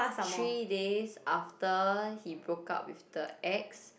three days after he broke up with the ex